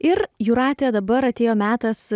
ir jūrate dabar atėjo metas